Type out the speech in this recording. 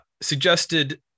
Suggested